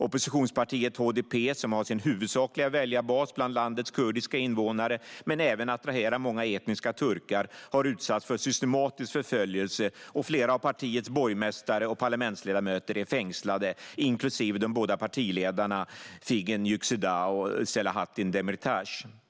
Oppositionspartiet HDP, som har sin huvudsakliga väljarbas bland landets kurdiska invånare men även attraherar många etniska turkar, har utsatts för systematisk förföljelse, och flera av partiets borgmästare och parlamentsledamöter är fängslade, inklusive de båda partiledarna Figen Yüksekdag och Selahattin Demirtas.